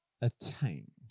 attained